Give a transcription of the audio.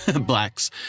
blacks